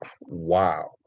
wow